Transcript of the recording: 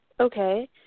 okay